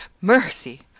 Mercy